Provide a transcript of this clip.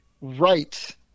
Right